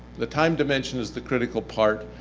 the time dimension is the critical part,